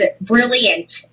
brilliant